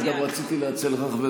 אני גם רציתי להציע לך,